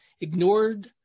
ignored